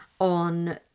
on